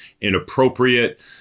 inappropriate